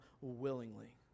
willingly